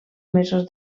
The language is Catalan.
mesos